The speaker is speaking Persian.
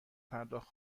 پرداخت